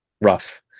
rough